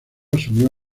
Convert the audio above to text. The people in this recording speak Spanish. asumió